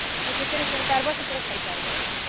ତୁମେ ଯେତେରେ ଚାହିଁପାରିବ ସେତେରେ ଖାଇପାରିବ